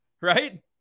Right